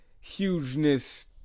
hugeness